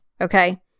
okay